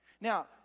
Now